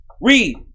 Read